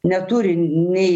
neturi nei